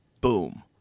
boom